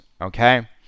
Okay